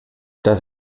dass